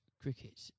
cricket